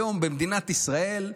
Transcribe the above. היום במדינת ישראל,